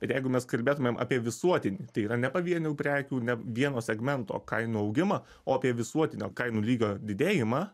ir jeigu mes kalbėtumėm apie visuotinį tai yra ne pavienių prekių ne vieno segmento kainų augimą o apie visuotinio kainų lygio didėjimą